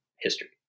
history